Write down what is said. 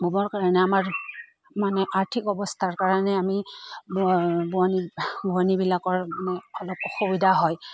ববৰ কাৰণে আমাৰ মানে আৰ্থিক অৱস্থাৰ কাৰণে আমি বোৱনী বোৱনীবিলাকৰ মানে অলপ অসুবিধা হয়